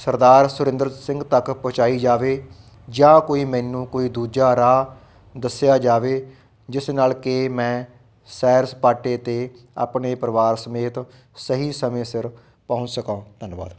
ਸਰਦਾਰ ਸੁਰਿੰਦਰ ਸਿੰਘ ਤੱਕ ਪਹੁੰਚਾਈ ਜਾਵੇ ਜਾਂ ਕੋਈ ਮੈਨੂੰ ਕੋਈ ਦੂਜਾ ਰਾਹ ਦੱਸਿਆ ਜਾਵੇ ਜਿਸ ਨਾਲ ਕਿ ਮੈਂ ਸੈਰ ਸਪਾਟੇ 'ਤੇ ਆਪਣੇ ਪਰਿਵਾਰ ਸਮੇਤ ਸਹੀ ਸਮੇਂ ਸਿਰ ਪਹੁੰਚ ਸਕਾਂ ਧੰਨਵਾਦ